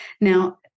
Now